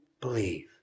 believe